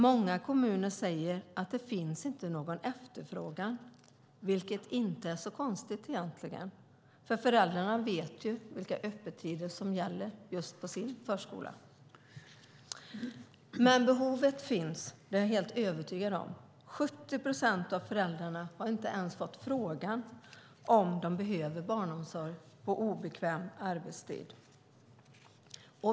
Många kommuner säger att det inte finns någon efterfrågan, vilket inte är så konstigt egentligen eftersom föräldrarna vet vilka öppettider som gäller just på deras förskola. Men behovet vinns, det är jag helt övertygad om. 70 procent av föräldrarna har inte ens fått frågan om de behöver barnomsorg på obekväm arbetstid.